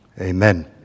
Amen